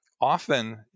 often